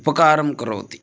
उपकारं करोति